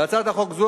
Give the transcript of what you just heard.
להצעת חוק זו,